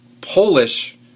Polish